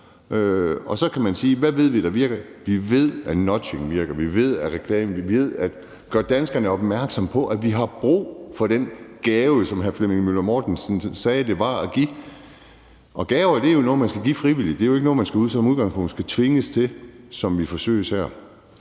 Og så kan man sige: Hvad ved vi virker? Vi ved, at nudging virker, og vi ved, at reklame virker, altså at gøre danskerne opmærksomme på, at vi har brug for den gave, som hr. Flemming Møller Mortensen sagde det var. Og gaver er jo noget, man skal give frivilligt; det er jo ikke noget, man som udgangspunkt skal tvinges til, sådan som det forsøges her.